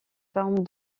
forme